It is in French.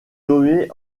nommée